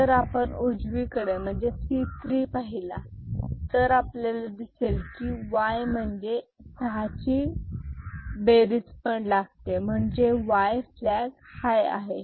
जर आपण उजवीकडे म्हणजे C3 पहिला तर आपल्याला दिसेल की Y म्हणजे 6 ची बेरीज पण लागते म्हणजे Y फ्लॅग हाय आहे